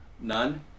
None